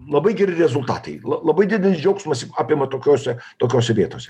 labai geri rezultatai labai didelis džiaugsmas apima tokiose tokiose vietose